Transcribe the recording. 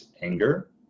anger